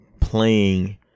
playing